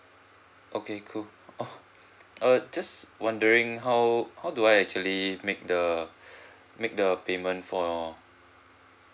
okay cool oh uh just wondering how how do I actually make the make the payment for